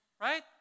Right